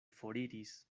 foriris